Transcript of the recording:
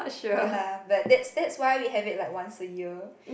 ya lah but that that's why we have it like once a year